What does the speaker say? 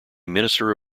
minister